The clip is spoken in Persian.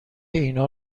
اینا